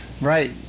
right